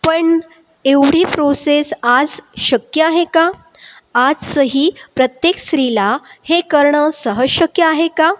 पण एवढी प्रोसेस आज शक्य आहे का आजही प्रत्येक स्त्रीला हे करणं सहज शक्य आहे का